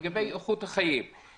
לגבי איכות החיים,